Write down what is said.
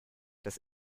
das